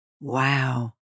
Wow